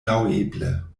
laŭeble